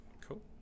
Cool